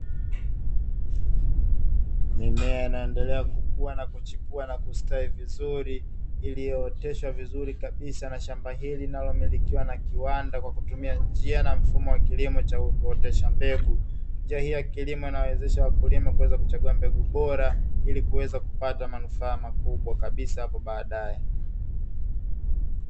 Mimea inaendelea kukua na kuchipua na kustawi vizuri, iliyooteshwa vizuri kabisa na shamba hili linalomilikiwa na kiwanda kwa kutumia njia na mfumo wa kilimo cha kuotesha mbegu. Njia hii ya kilimo inawawezesha wakulima kuweza kuchagua mbegu bora ili kuweza kupata manufaa makubwa kabisa hapo baadae.